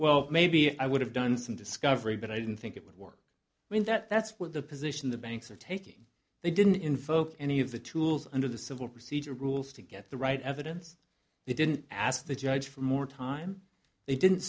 well maybe i would have done some discovery but i didn't think it would work when that that's what the position the banks are taking they didn't invoke any of the tools under the civil procedure rules to get the right evidence they didn't ask the judge for more time they didn't